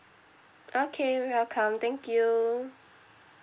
okay you're welcome thank you